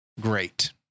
Great